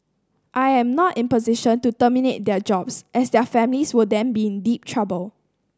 I am not in a position to terminate their jobs as their families will then be in deep trouble